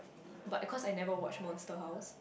but cause I never watch Monster House